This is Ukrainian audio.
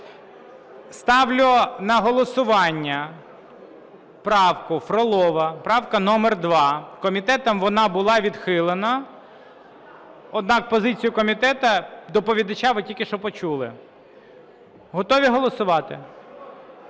Ставлю на голосування правку Фролова, правка номер 2. Комітетом вона була відхилена. Однак позиція комітету… доповідача ви тільки що почули. Готові голосувати?